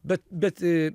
bet bet